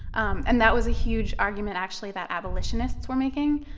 um and that was a huge argument actually that abolitionists were making,